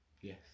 Yes